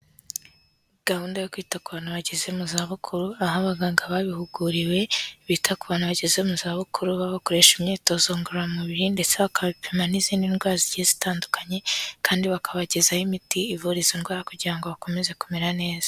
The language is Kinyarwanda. Gahunda yo kwita ku bantu bageze mu zabukuru, aho abaganga babihuguriwe bita ku bantu bageze mu za bukuru babakoresha imyitozo ngororamubiri ndetse bakabipima n'izindi ndwara zigiye zitandukanye kandi bakabagezaho imiti ivura izo indwara kugira ngo bakomeze kumera neza.